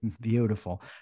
Beautiful